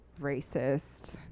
racist